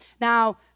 Now